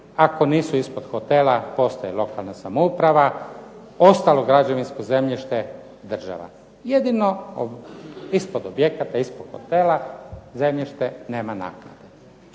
ako nisu ispod hotela postaje lokalna samouprave, ostalo građevinsko zemljište država. Jedino ispod objekata, ispod hotela zemljište nema naknadu.